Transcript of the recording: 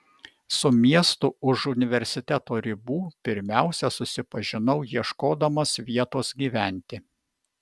su miestu už universiteto ribų pirmiausia susipažinau ieškodamas vietos gyventi